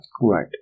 right